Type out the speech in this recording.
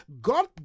God